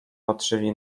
patrzyli